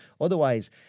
Otherwise